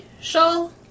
Shawl